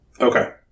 Okay